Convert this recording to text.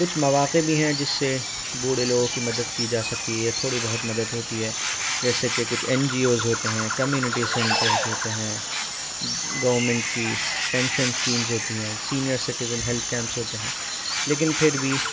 کچھ مواقع بھی ہیں جس سے بوڑھے لوگوں کی مدد کی جا سکتی ہے یا تھوڑی بہت مدد ہوتی ہے جیسے کہ کچھ این جی اوز ہوتے ہیں کمیونٹی سینٹرز ہوتے ہیں گورنمنٹ کی پینشن اسکیمز ہوتی ہیں سینئر سٹیزن ہیلتھ کیمپس ہوتے ہیں لیکن پھر بھی